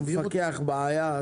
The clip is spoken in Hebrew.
את חלקה אנחנו יודעים להסביר.